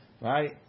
Right